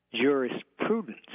jurisprudence